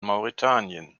mauretanien